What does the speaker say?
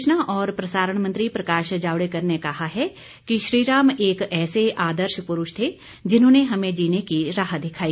सूचना और प्रसारण मंत्री प्रकाश जावडेकर ने कहा है कि श्रीराम एक ऐसे आदर्श पुरुष थे जिन्होंने हमें जीने की राह दिखाई